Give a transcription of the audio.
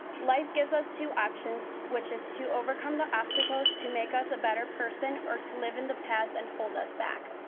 life gives us two options, which is to overcome the obstacles to make us a better person or to live in the past and hold us back.